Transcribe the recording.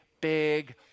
big